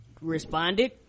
responded